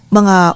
mga